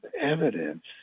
evidence